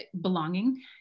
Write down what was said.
Belonging